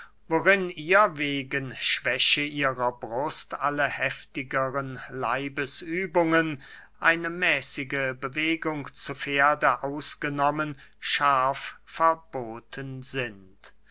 worin ihr wegen schwäche ihrer brust alle heftigere leibesübungen eine mäßige bewegung zu pferde ausgenommen scharf verboten sind